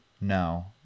No